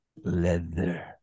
leather